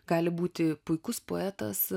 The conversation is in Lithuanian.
gali būti puikus poetas